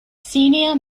ސީނިއަރ